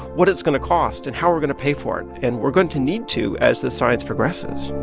what it's going to cost and how we're going to pay for it. and we're going to need to as this science progresses